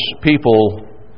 people